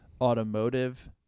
automotive